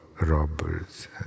robbers